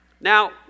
Now